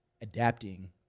adapting